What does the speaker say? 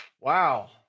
Wow